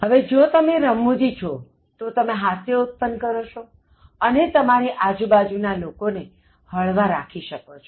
હવે જો તમે રમૂજી છો તો તમે હાસ્ય ઉત્પન્ન કરો છો અને તમારી આજુબાજુ ના લોકોને હ્ળવા રાખી શકો છો